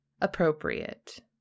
appropriate